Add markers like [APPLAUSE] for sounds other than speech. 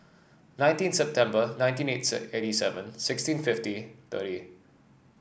nineteen September nineteen [UNINTELLIGIBLE] eighty seven sixteen fifty thirty